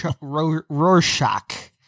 Rorschach